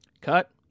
cut